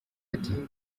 ati